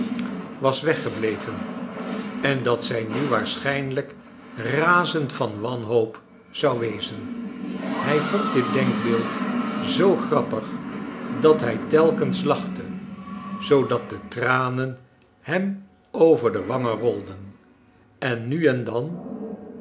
was wegbezoek boven gebleven en dat zij nu waarschijnlijk razend van wanhoop zou wezgn hij vond dit denkbeeld zoo grappig dat hij telkens lachte zoodat de tranen hem over de wangen rolden en nu en dan